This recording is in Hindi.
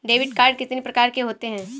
डेबिट कार्ड कितनी प्रकार के होते हैं?